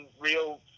real